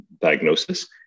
diagnosis